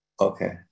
Okay